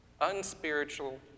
unspiritual